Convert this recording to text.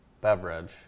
beverage